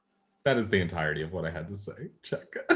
that is the entirety of what i had to say. check.